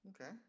Okay